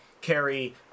carry